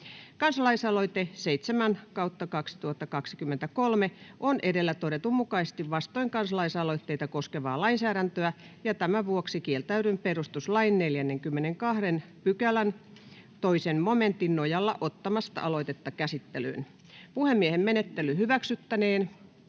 Kansalaisaloite KAA 7/2023 vp on edellä todetun mukaisesti vastoin kansalaisaloitteita koskevaa lainsäädäntöä, ja tämän vuoksi kieltäydyn perustuslain 42 §:n 2 momentin nojalla ottamasta aloitetta käsittelyyn. [Speech 2] Speaker: Ensimmäinen